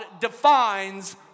defines